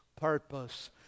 purpose